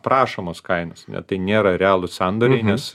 prašomos kainos ne tai nėra realūs sandoriai nes